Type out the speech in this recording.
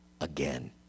again